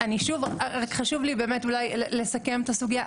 אני, שוב, רק חשוב לי באמת אולי לסכם את הסוגייה.